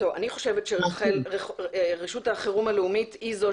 אני חושבת שרשות החירום הלאומית היא זו